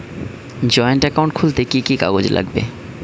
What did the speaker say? Joint account খুলতে কি কি কাগজ লাগবে?